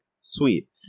Sweet